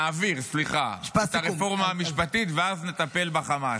נעביר את הרפורמה המשפטית, ואז נטפל בחמאס.